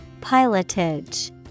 Pilotage